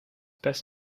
best